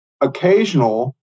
occasional